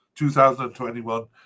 2021